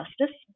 justice